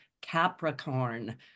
Capricorn